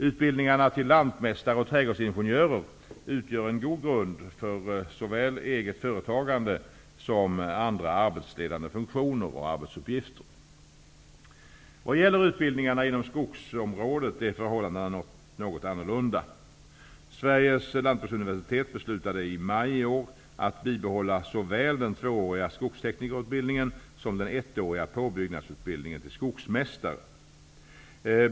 Utbildningarna till lantmästare och trädgårdsingenjörer utgör en god grund för såväl eget företagande som andra arbetsledande funktioner och arbetsuppgifter. Vad gäller utbildningarna inom skogsområdet är förhållandena något annorlunda. Sveriges lantbruksuniversitet beslutade i maj i år att bibehålla såväl den tvååriga skogsteknikerutbildningen som den ettåriga påbyggnadsutbildningen till skogsmästare.